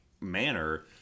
manner